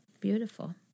Beautiful